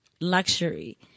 luxury